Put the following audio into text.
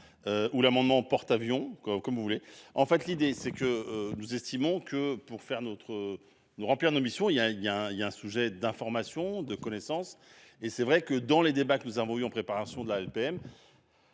Ou l'amendement porte-avions quoi comme vous voulez, en fait l'idée c'est que nous estimons que pour faire notre nous remplir nos missions. Il y a il y a il y a un sujet d'informations de connaissances et c'est vrai que dans les débats que nous avons eu en préparation de la LPM.